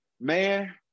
Man